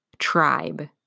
tribe